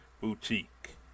Boutique